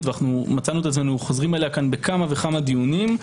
ומצאנו את עצמנו חוזרים עליה כאן בכמה וכמה דיונים,